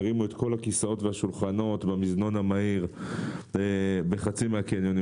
הרימו את כל הכיסאות והשולחנות במזנון המהיר בחצי מהקניונים.